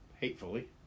hatefully